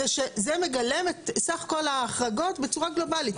זה שזה מגלם את סך כל ההחרגות בצורה גלובלית,